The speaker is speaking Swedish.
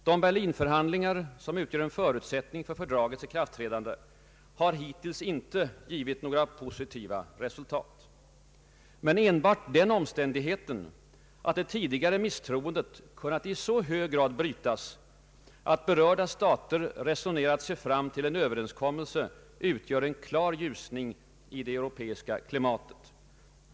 De Berlinförhandlingar, som utgör en förutsättning för fördragets ikraftträdande, har hittills inte givit några positiva resultat. Men enbart den omständigheten, att det tidigare misstroendet kunnat i så hög grad brytas, att berörda stater resonerat sig fram till en överenskommelse, utgör en klar förbättring i det europeiska klimatet.